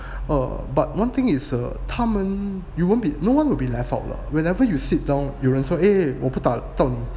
err but one thing is err 他们 you won't be no one will be left out lah whenever you sit down 有人说 eh 我不大打了就论到你